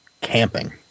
Camping